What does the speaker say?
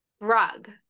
rug